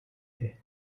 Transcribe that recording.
day